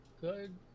Good